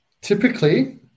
Typically